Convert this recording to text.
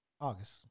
August